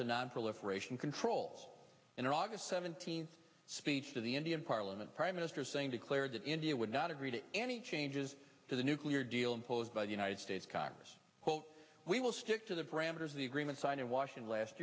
to nonproliferation control in august seventeenth speech to the indian parliament prime minister saying declared that india would not agree to any changes to the nuclear deal imposed by the united states congress quote we will stick to the parameters of the agreement signed in washington last